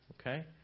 okay